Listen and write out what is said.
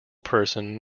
person